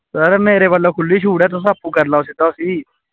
sir मेरे बल्लो खु'ल्ली शूट ऐ तुस अप्पूं सिद्धा करी लैओ उस्सी